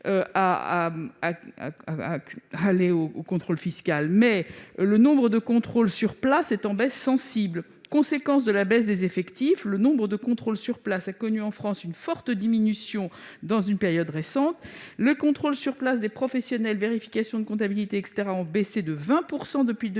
de la volonté. Cependant, le nombre de contrôles sur place est en baisse sensible :« Conséquence de la baisse des effectifs, le nombre de contrôles sur place a connu une forte diminution dans la période récente. Les contrôles sur place des professionnels (vérifications des comptabilités [...]) ont baissé de 20 % depuis 2013,